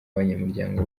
abanyamuryango